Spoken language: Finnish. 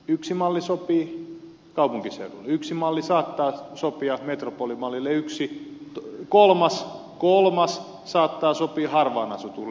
yksi malli sopii kaupunkiseudulle yksi malli saattaa sopia metropolimallille kolmas saattaa sopia harvaan asutulle